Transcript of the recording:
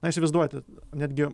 na įsivaizduoti netgi